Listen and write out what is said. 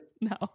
No